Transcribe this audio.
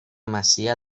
masia